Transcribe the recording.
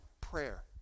prayer